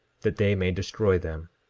that they may destroy them